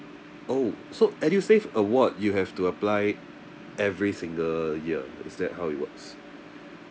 oh so edusave award you have to apply every single year is that how it works